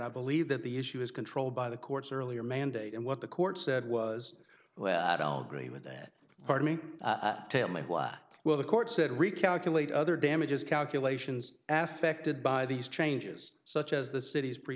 i believe that the issue is controlled by the courts earlier mandate and what the court said was well i don't agree with that part me and tell me what will the court said recalculate other damages calculations affectation by these changes such as the city's pre